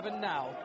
now